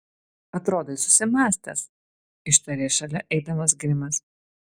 atrodai susimąstęs ištarė šalia eidamas grimas